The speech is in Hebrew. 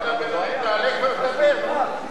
יאללה, תעלה כבר לדבר.